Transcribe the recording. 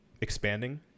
expanding